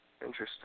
Interesting